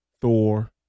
Thor